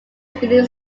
unique